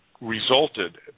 resulted